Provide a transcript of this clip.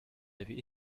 avis